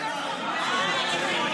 לא שמית,